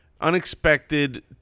unexpected